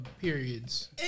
periods